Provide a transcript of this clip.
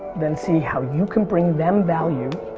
then see how you can bring them value.